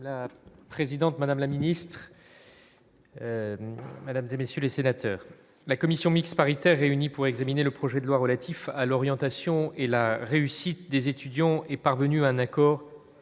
la présidente, Madame la Ministre. Mesdames et messieurs les sénateurs, la commission mixte paritaire réunie pour examiner le projet de loi relatif à l'orientation et la réussite des étudiants est parvenu à un accord